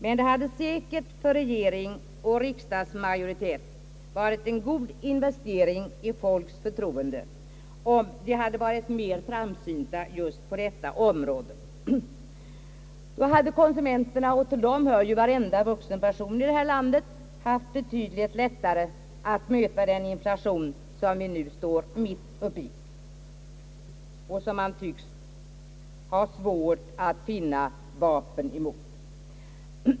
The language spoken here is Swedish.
Men det hade säkert för regering och riksdagsmajoritet varit en god investering i folks förtroende, om de hade varit mera framsynta på just detta område. Då hade konsumenterna — och till dem hör ju varenda vuxen person här i landet — haft betydligt lättare att möta den inflation som vi nu står mitt uppe i och som man tycks ha svårt att finna vapen emot.